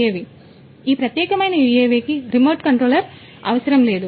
కాబట్టి ఈ ప్రత్యేకమైన యుఎవికి రిమోట్ కంట్రోల్ అవసరం లేదు